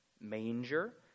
manger